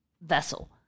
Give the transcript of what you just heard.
vessel